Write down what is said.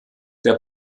der